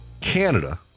Canada